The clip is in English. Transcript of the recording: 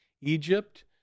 Egypt